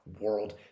World